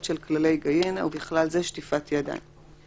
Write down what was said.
של כללי היגיינה ובכלל זה שטיפת ידיים.